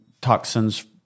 toxins